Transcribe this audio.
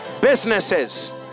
Businesses